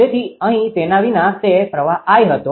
તેથી અહીં તેના વિના તે પ્રવાહ I હતો